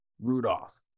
rudolph